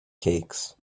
cakes